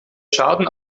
schaden